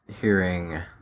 hearing